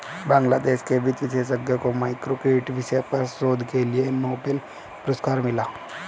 बांग्लादेश के वित्त विशेषज्ञ को माइक्रो क्रेडिट विषय पर शोध के लिए नोबेल पुरस्कार मिला